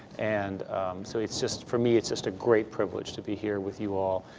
and so it's just, for me, it's just a great privilege to be here with you all.